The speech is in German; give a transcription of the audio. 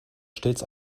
stets